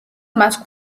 მას